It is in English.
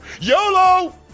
YOLO